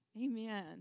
Amen